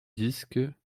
disques